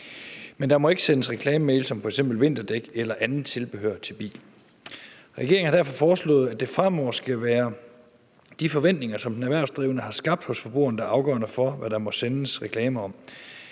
men der må ikke sendes reklamemails om f.eks. vinterdæk eller andet tilbehør til bilen. Regeringen har derfor foreslået, at det fremover skal være de forventninger, som den erhvervsdrivende har skabt hos forbrugeren, der er afgørende for, hvad der må sendes reklamer om.